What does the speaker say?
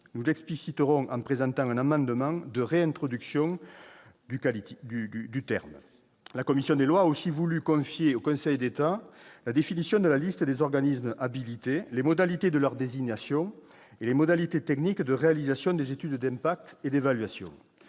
Nous expliciterons ce point en présentant un amendement de réintroduction de cette notion. La commission des lois a aussi voulu confier au Conseil d'État le soin de définir la liste des organismes habilités, les modalités de leur désignation et les modalités techniques de réalisation des études d'impact et d'évaluation.